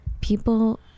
people